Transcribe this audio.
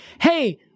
hey